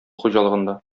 хуҗалыгында